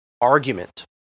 argument